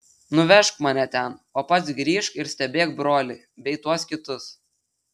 nuvežk mane ten o pats grįžk ir stebėk brolį bei tuos kitus